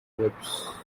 whips